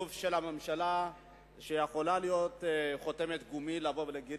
לא גוף של הממשלה שיכולה לבוא ולהגיד